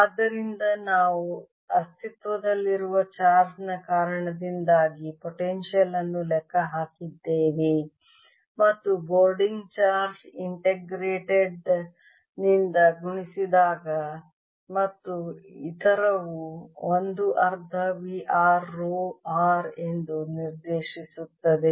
ಆದ್ದರಿಂದ ನಾವು ಅಸ್ತಿತ್ವದಲ್ಲಿರುವ ಚಾರ್ಜ್ ನ ಕಾರಣದಿಂದಾಗಿ ಪೊಟೆನ್ಶಿಯಲ್ ಅನ್ನು ಲೆಕ್ಕ ಹಾಕಿದ್ದೇವೆ ಮತ್ತು ಬೋರ್ಡಿಂಗ್ ಚಾರ್ಜ್ ಇಂಟಿಗ್ರೇಟೆಡ್ ನಿಂದ ಗುಣಿಸಿದಾಗ ಮತ್ತು ಇತರವು 1 ಅರ್ಧ v r ರೋ r ಎಂದು ನಿರ್ದೇಶಿಸುತ್ತದೆ